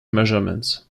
measurements